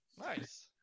Nice